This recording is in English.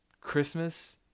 Christmas